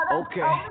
okay